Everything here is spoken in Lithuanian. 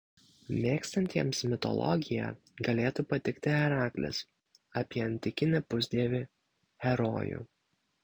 mėgstantiems mitologiją galėtų patikti heraklis apie antikinį pusdievį herojų